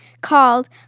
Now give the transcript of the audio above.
called